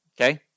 Okay